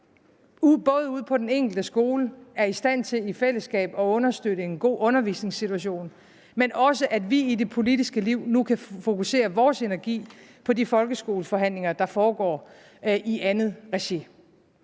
ude på den enkelte skole at understøtte en god undervisningssituation, men også i det politiske liv nu kan fokusere vores energi på de folkeskoleforhandlinger, der foregår i andet regi.